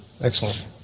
Excellent